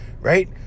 right